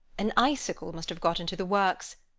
an icicle must have got into the works.